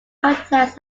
contacts